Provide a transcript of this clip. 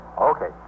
Okay